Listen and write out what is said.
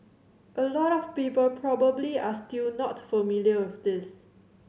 a lot of people probably are still not familiar with this